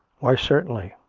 why, certainly.